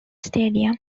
stadium